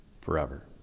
forever